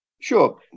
Sure